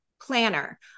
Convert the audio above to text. planner